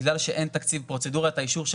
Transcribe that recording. מכיוון שאין תקציב פרוצדורת האישור של